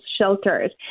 shelters